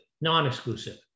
non-exclusive